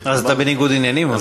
אז אתה בניגוד עניינים.